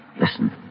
Listen